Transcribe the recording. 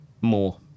more